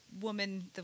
woman